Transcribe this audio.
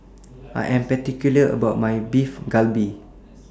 I Am particular about My Beef Galbi